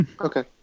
Okay